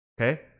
okay